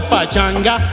Pachanga